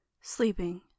Sleeping